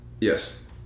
Yes